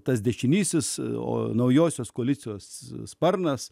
tas dešinysis o naujosios koalicijos sparnas